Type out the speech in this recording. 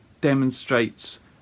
demonstrates